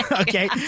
Okay